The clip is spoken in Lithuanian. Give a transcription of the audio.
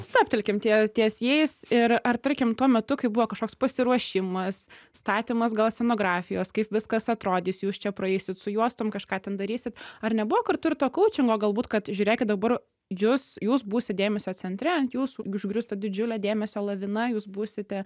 stabtelkim tie ties jais ir ar tarkim tuo metu kai buvo kažkoks pasiruošimas statymas gal scenografijos kaip viskas atrodys jūs čia praeisit su juostom kažką ten darysit ar nebuvo kartu ir tuo koučingo galbūt kad žiūrėkit dabar jus jūs būsit dėmesio centre ant jūsų užgrius tą didžiulę dėmesio lavina jūs būsite